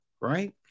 right